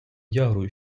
яру